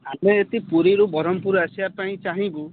ଆମେ ଯଦି ପୁରୀରୁ ବ୍ରହ୍ମପୁର ଆସିବା ପାଇଁ ଚାହିଁବୁ